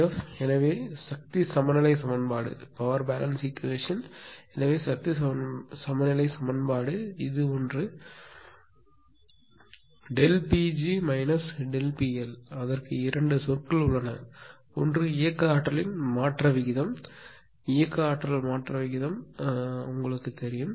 F எனவே சக்தி சமநிலை சமன்பாடு எனவே சக்தி சமநிலை சமன்பாடு இது ஒன்று Pg ΔPL அதற்கு இரண்டு சொற்கள் உள்ளன ஒன்று இயக்க ஆற்றலின் மாற்ற விகிதம் இயக்க ஆற்றல் மாற்ற விகிதம் சக்தி உங்களுக்குத் தெரியும்